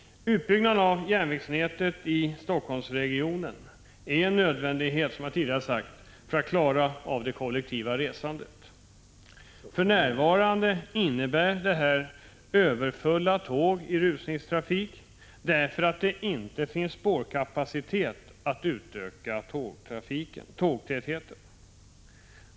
Utbyggnaden av järnvägsnätet i Helsingforssregionen är, som jag tidigare sagt, en nödvändighet för att klara av det kollektiva resandet. För närvarande är tågen överfulla i rusningstrafik, därför att det inte finns spårkapacitet att utöka tågtätheten.